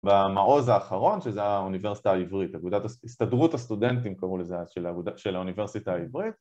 במעוז האחרון שזה האוניברסיטה העברית, אגודת הסתדרות הסטודנטים קראו לזה אז, של האוניברסיטה העברית